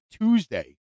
Tuesday